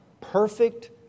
Perfect